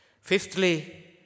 Fifthly